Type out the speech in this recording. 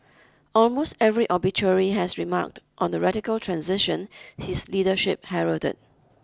almost every obituary has remarked on the radical transition his leadership heralded